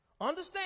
Understand